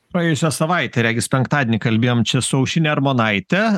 praėjusią savaitę regis penktadienį kalbėjom čia su aušrine armonaite